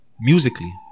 musically